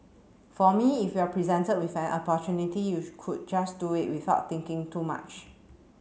for me if you are presented with an opportunity you could just do it without thinking too much